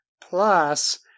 plus